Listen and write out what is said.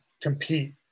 compete